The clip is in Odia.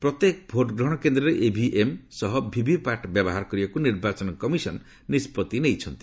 ପ୍ରତ୍ୟେକ ଭୋଟ ଗ୍ରହଣ କେନ୍ଦ୍ରରେ ଇଭିଏମ୍ ସହ ଭିଭି ପାଟ୍ ବ୍ୟବହାର କରିବାକୁ ନିର୍ବାଚନ କମିଶନ୍ ନିଷ୍ପଭି ନେଇଛନ୍ତି